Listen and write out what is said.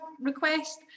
request